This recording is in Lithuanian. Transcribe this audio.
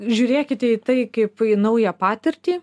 žiūrėkite į tai kaip į naują patirtį